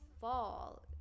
fall